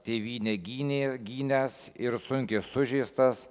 tėvynę gynė gynęs ir sunkiai sužeistas